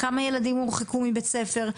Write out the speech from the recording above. כמה ילדים הורחקו מבתי הספר,